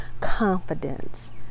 confidence